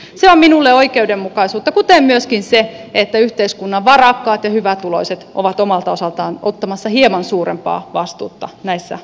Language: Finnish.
se on minulle oikeudenmukaisuutta kuten myöskin se että yhteiskunnan varakkaat ja hyvätuloiset ovat omalta osaltaan ottamassa hieman suurempaa vastuuta näissä lamatalkoissa